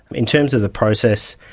in terms of the process,